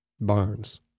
Barnes